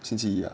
星期一